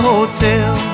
Hotel